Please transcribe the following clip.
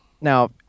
now